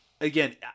Again